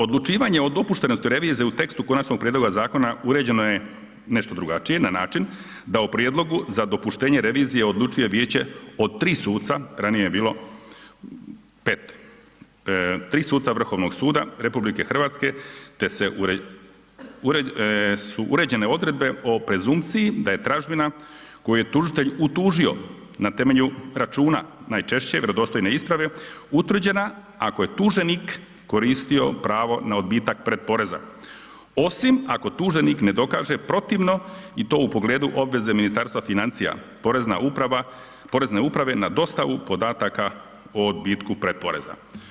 Odlučivanje od dopuštenosti revizije u tekstu konačnog prijedloga zakona uređeno je nešto drugačije na način da u prijedlogu za dopuštenje revizije odlučuje vijeće od 3 suca, ranije je bilo 5 tri suca Vrhovnog suda RH te su uređene odredbe o presumpciji da je tražbina koju je tužitelj utužio na temelju računa najčešće, vjerodostojne isprave utvrđena ako je tuženik koristio pravo na odbitak pred poreza osim ako tuženik ne dokaže protivno i to u pogledu obveze Ministarstva financija, porezne uprave na dostavu podataka o odbitku pred poreza.